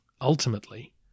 ultimately